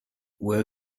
where